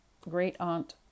great-aunt